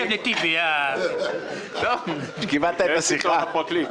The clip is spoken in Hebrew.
יש הצבעה של הוועדה המסדרת,